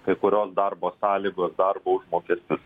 kai kurios darbo sąlygos darbo užmokestis